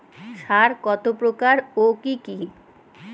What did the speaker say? সার কত প্রকার ও কি কি?